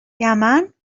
یمن